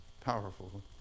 Powerful